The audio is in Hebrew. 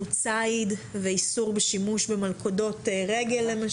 ציד ואיסור בשימוש במלכודות רגל למשל.